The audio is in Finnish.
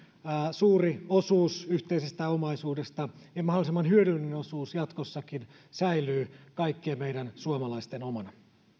suuri osuus yhteisestä omaisuudesta ja mahdollisimman hyödyllinen osuus jatkossakin säilyy kaikkien meidän suomalaisten omana